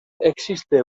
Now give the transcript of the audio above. existe